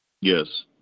Yes